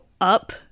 up